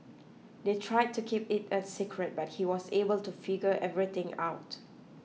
they tried to keep it a secret but he was able to figure everything out